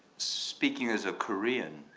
speaking as a korean.